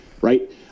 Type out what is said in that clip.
right